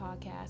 podcast